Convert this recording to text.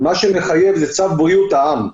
מה שמחייב זה צו בריאות העם.